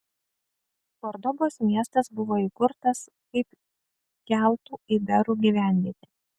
kordobos miestas buvo įkurtas kaip keltų iberų gyvenvietė